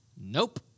Nope